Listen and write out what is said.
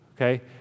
Okay